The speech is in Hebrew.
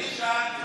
אני שאלתי.